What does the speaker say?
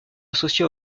associé